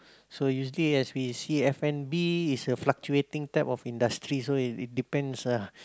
so you see as we see f-and-b is a fluctuating type of industry so it it depends ah